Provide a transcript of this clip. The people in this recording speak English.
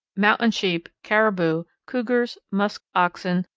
mountain sheep, caribou, cougars, musk oxen,